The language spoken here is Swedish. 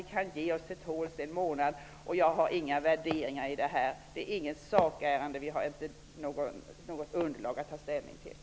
Vi kan alltså ge oss till tåls en månad. Jag har inga värderingar här. Detta är inte ett sakärende där vi har ett underlag att ta ställning till.